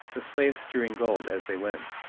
the slaves strewing gold as they went.